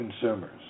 consumers